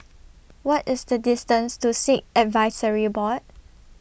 What IS The distance to Sikh Advisory Board